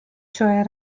cioè